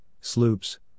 sloops